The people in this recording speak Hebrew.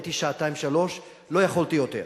הייתי שעתיים-שלוש, לא יכולתי יותר.